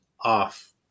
off